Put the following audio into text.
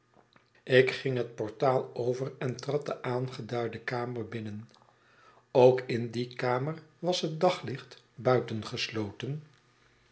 ik ging het portaal over en trad de aangeduide kamer binnen ook in die kamer was het daglicht